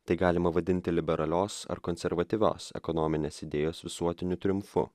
tai galima vadinti liberalios ar konservatyvios ekonominės idėjos visuotiniu triumfu